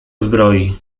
zbroi